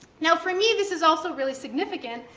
now for me, this is also really significant,